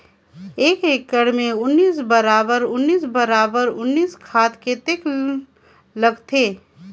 एक एकड़ मे उन्नीस बराबर उन्नीस बराबर उन्नीस खाद कतेक लगथे?